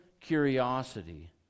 curiosity